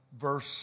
Verse